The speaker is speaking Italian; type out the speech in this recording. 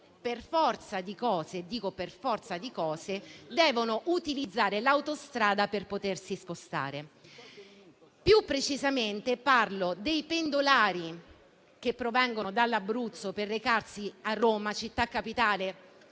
per forza di cose - lo sottolineo - devono utilizzare l'autostrada per potersi spostare. Più precisamente, parlo dei pendolari che provengono dall'Abruzzo per recarsi a Roma (città capitale)